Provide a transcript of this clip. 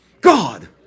God